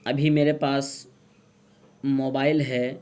ابھی میرے پاس موبائل ہے